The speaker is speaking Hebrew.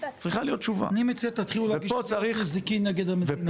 אני מציע שתתחילו להגיש תביעות נזיקין כנגד המדינה.